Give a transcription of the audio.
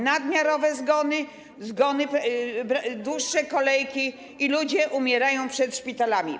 Nadmiarowe zgony, dłuższe kolejki i ludzie umierają przed szpitalami.